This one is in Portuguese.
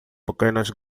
pequenas